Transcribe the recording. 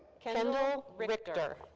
kendall richter.